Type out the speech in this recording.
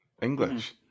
English